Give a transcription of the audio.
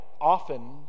often